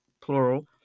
plural